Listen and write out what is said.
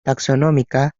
taxonómica